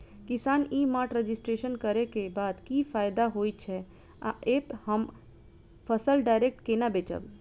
किसान e mart registration करै केँ बाद की फायदा होइ छै आ ऐप हम फसल डायरेक्ट केना बेचब?